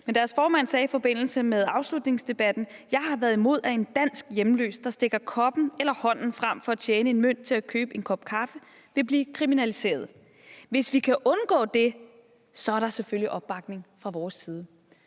Men deres formand sagde i forbindelse med afslutningsdebatten: »... jeg har været imod en lovændring, der ville betyde, at en dansk hjemløs, der stikker koppen eller hånden frem for at tjene en mønt til at kunne købe en kop kaffe, ville blive kriminaliseret. Hvis vi kan undgå det, er der selvfølgelig opbakning fra vores side...«.